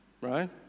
Right